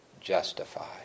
justified